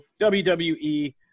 WWE